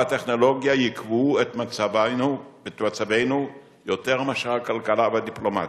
המדע והטכנולוגיה יקבעו את מצבנו יותר מאשר הכלכלה והדיפלומטיה.